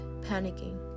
panicking